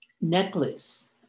necklace